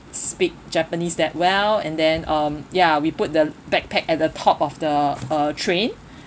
speak japanese that well and then um ya we put the backpack at the top of the uh train